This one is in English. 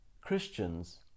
Christians